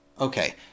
okay